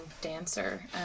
dancer